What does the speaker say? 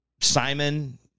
Simon